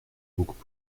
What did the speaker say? beaucoup